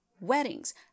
weddings